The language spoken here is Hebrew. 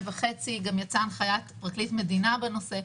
וחצי גם יצאה הנחיית פרקליט מדינה בנושא,